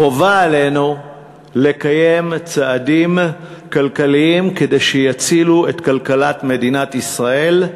חובה עלינו לקיים צעדים כלכליים שיצילו את כלכלת מדינת ישראל.